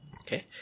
Okay